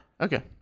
Okay